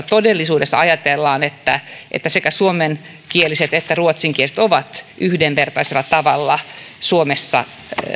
todellisuudessa ajatellaan että että sekä suomenkieliset että ruotsinkieliset ovat yhdenvertaisella tavalla suomessa